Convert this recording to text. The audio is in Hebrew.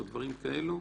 או דברים כאלו?